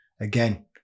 again